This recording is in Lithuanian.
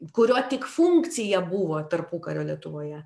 kurio tik funkcija buvo tarpukario lietuvoje